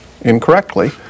incorrectly